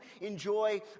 enjoy